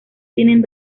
tienen